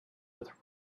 with